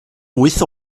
wyth